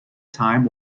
time